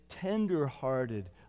tender-hearted